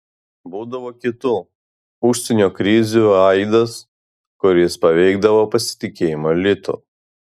būdavo kitų užsienio krizių aidas kuris paveikdavo pasitikėjimą litu